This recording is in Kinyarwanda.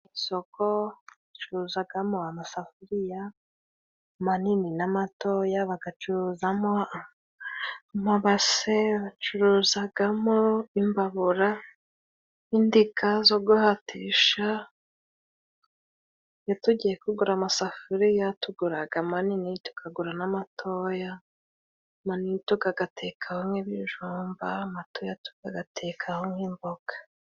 Isoko bacuruzagamo amasafuriya manini na matoya. Bagacuruzamo amabase, bagacuruzagamo imbabura, n'indiga zo guhatisha. Iyo tugiye kugura amasafuriya tuguraga manini tukagura n'amatoya amani tukagatekamo nk'ibijumba, amatoya tukayatekaho nk'imboga.